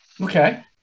Okay